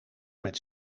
met